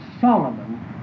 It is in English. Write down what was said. Solomon